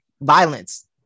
violence